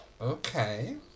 Okay